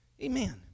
amen